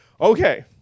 Okay